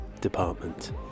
department